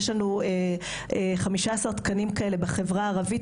יש לנו 15 תקנים כאלה בחברה הערבית,